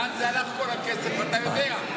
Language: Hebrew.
לאן הלך כל הכסף אתה יודע.